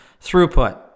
Throughput